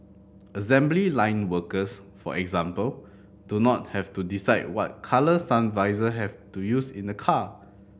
assembly line workers for example do not have to decide what colour sun visor have to use in a car